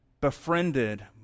befriended